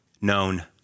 known